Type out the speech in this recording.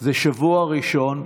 זה שבוע ראשון,